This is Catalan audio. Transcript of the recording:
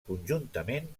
conjuntament